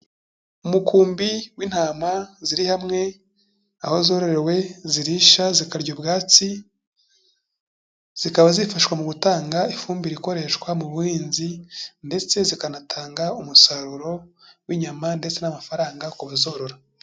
Umukumbi w'intama ziri hamwe aho zorowe zirisha, zikarya ubwatsi, zikaba zifashishwa mu gutanga ifumbire ikoreshwa mu buhinzi ndetse zikanatanga umusaruro w'inyama ndetse n'amafaranga ku bazorora.